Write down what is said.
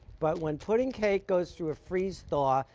but when pudding cake goes through a freeze thaw,